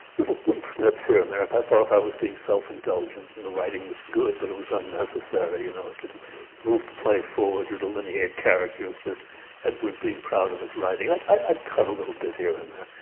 little snips here and there, if i thought i was being self-indulgent and the writing was good, but it was unnecessary. you know, it didn't move the play forward or delineate characters, it was just edward being proud of his writing, i'd i'd cut a little bit here and there.